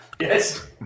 Yes